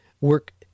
work